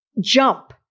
jump